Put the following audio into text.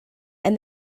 and